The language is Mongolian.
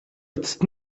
эцэст